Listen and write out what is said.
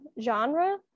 genre